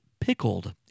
pickled